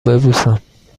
ببوسم